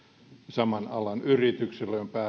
saman alan yrityksille